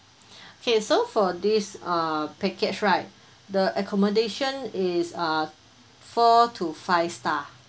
okay so for this uh package right the accommodation is a four to five star